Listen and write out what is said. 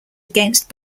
against